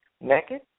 naked